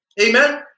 Amen